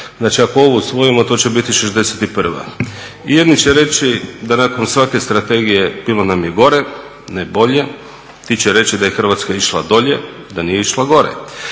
Znači, ako ovu usvojimo to će biti 61. I jedni će reći da nakon svake strategije bilo nam je gore ne bolje, ti će reći da je Hrvatska išla dolje, da nije išla gore.